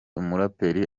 umuraperi